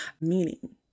meaning